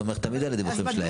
אני סומך תמיד על הדיווחים שלהם,